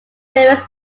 lyrics